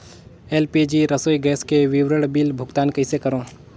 LPG रसोई gas के विवरण बिल भुगतान कइसे करों?